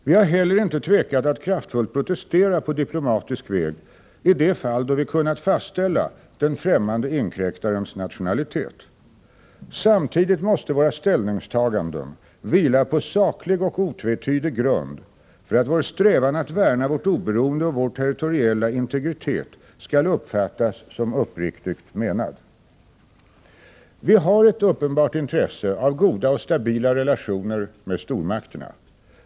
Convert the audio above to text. Vi har heller inte tvekat att kraftfullt protestera på diplomatisk väg i de fall då vi kunnat fastställa den främmande inkräktarens nationalitet. Samtidigt måste våra ställningstaganden vila på saklig och otvetydig grund för att vår strävan att värna vårt oberoende och vår territoriella integritet skall uppfattas som uppriktigt menad. Vi har ett uppenbart intresse av goda och stabila relationer med stormakterna.